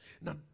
Now